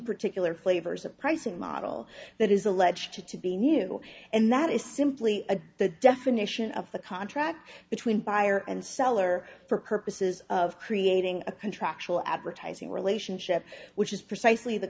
particular flavors of pricing model that is alleged to be new and that is simply a the definition of the contract between buyer and seller for purposes of creating a contractual advertising relationship which is precisely the